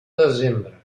desembre